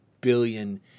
billion